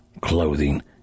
clothing